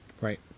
Right